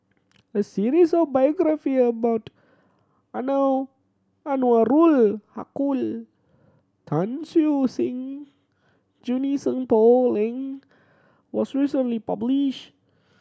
a series of biographie about Anwarul Haque Tan Siew Sin Junie Sng Poh Leng was recently publish